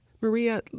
Maria